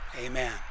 amen